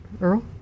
Earl